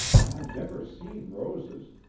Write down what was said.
i never seen roses,